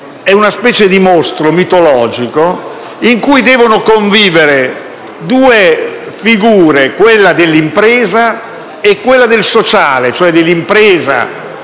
una specie di mostro mitologico, in cui devono convivere due figure, quella dell'impresa e quella del sociale, cioè quella dell'impresa